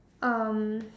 um